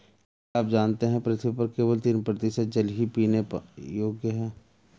क्या आप जानते है पृथ्वी पर केवल तीन प्रतिशत जल ही पीने योग्य है?